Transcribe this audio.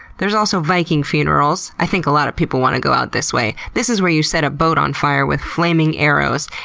there's also viking funerals. i think a lot of people want to go out this way. this is where you set a boat on fire with flaming arrows.